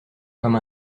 comme